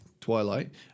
twilight